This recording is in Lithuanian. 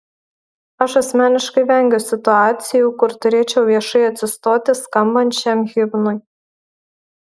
aš asmeniškai vengiu situacijų kur turėčiau viešai atsistoti skambant šiam himnui